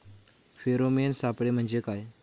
Pheromone सापळे म्हंजे काय?